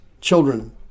children